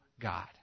God